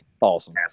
Awesome